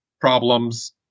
problems